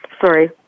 Sorry